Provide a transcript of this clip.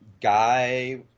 guy